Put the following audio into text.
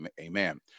Amen